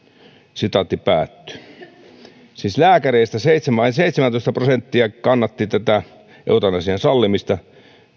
siis lääkäreistä seitsemäntoista prosenttia kannatti eutanasian sallimista